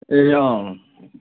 ए अँ